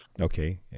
Okay